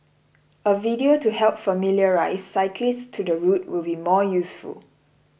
a video to help familiarise cyclists to the route will be more useful